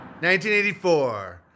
1984